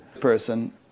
person